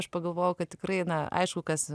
aš pagalvojau kad tikrai na aišku kas